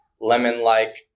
lemon-like